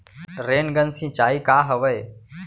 Rain gun सिंचाई का हवय?